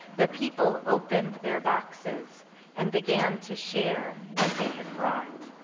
the people opened their boxes and began to share what they had brought.